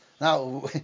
Now